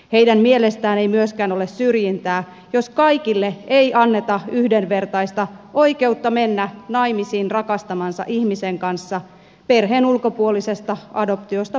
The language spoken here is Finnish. heidän mielestään ei myöskään ole syrjintää jos kaikille ei anneta yhdenvertaista oikeutta mennä naimisiin rakastamansa ihmisen kanssa perheen ulkopuolisesta adoptiosta puhumattakaan